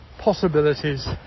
possibilities